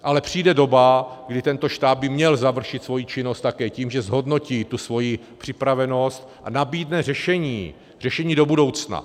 Ale přijde doba, kdy tento štáb by měl završit svoji činnost také tím, že zhodnotí svoji připravenost a nabídne řešení do budoucna.